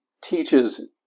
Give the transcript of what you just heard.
teaches